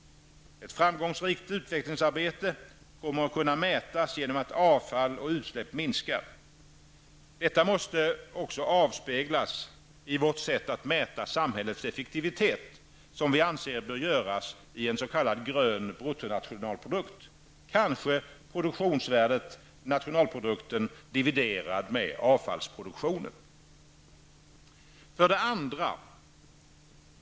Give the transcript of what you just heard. Ett framgångsrikt utvecklingsarbete kommer att kunna mätas genom att avfall och utsläpp minskar. Detta måste avspeglas också i vårt sätt att mäta samhällets effektivitet, som vi anser bör göras i en s.k. grön bruttonationalprodukt, kanske produktionsvärdet dividerat med avfallsproduktion.